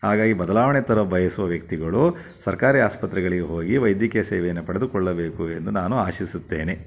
ಹಾಗಾಗಿ ಬದಲಾವಣೆ ತರ ಬಯಸುವ ವ್ಯಕ್ತಿಗಳು ಸರ್ಕಾರಿ ಆಸ್ಪತ್ರೆಗಳಿಗೆ ಹೋಗಿ ವೈದ್ಯಕೀಯ ಸೇವೆಯನ್ನು ಪಡೆದುಕೊಳ್ಳಬೇಕು ಎಂದು ನಾನು ಆಶಿಸುತ್ತೇನೆ